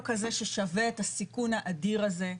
לא כזה ששווה את הסיכון האדיר הזה,